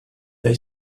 they